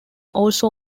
also